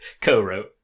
Co-wrote